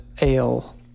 ale